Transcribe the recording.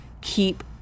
keep